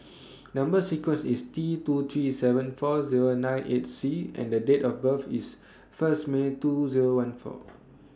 Number sequence IS T two three seven four Zero nine eight C and The Date of birth IS First May two Zero one four